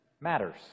matters